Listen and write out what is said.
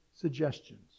suggestions